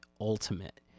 ultimate